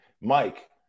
Mike